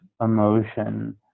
emotion